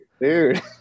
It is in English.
dude